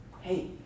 hey